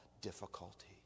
difficulty